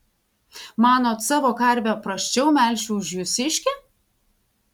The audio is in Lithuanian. manot savo karvę prasčiau melšiu už jūsiškę